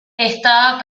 estaba